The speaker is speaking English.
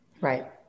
Right